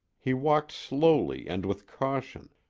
he walked slowly and with caution,